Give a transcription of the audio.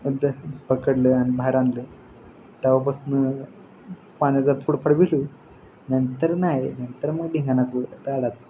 अद्धर पकडलं आणि बाहेर आणलं त्यावेळेपासून पाण्याचा थोडंफार भितो नंतर नाही नंतर मग धिंगाणाच राडाच